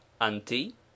anti